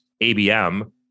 ABM